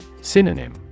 Synonym